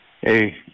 Hey